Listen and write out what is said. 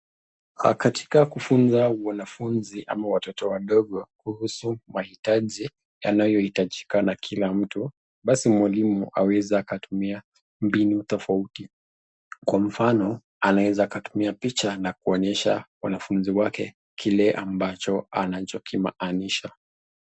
Katika kufunza wanafunzi ama watoto wadogo kuhusu mahitaji yanayohitajika na kila mtu, basi mwalimu anaweza akatumia mbinu tofauti. Kwa mfano, anaweza akatumia picha na kuonyesha wanafunzi wake kile ambacho anachokimaanisha.